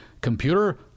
computer